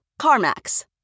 CarMax